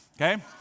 Okay